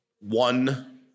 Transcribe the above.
one